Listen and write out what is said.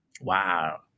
Wow